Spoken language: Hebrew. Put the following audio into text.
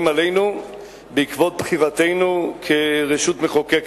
עלינו בעקבות בחירתנו כרשות מחוקקת,